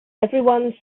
everyone